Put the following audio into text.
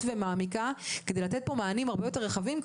ומעמיקה כדי לתת מענים הרבה יותר רחבים,